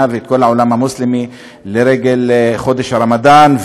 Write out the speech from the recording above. ואת כל העולם המוסלמי לרגל חודש הרמדאן,